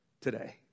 today